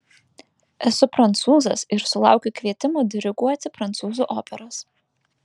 esu prancūzas ir sulaukiu kvietimų diriguoti prancūzų operas